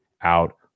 out